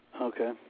Okay